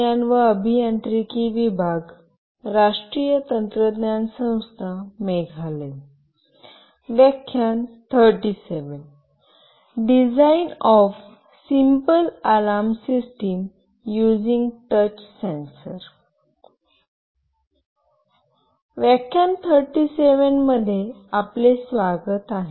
या व्याख्यानात मी design of simple alarm system using touch sensor दर्शवित आहे